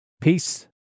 Peace